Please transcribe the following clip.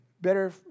better